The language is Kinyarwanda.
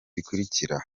bikurikira